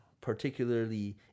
particularly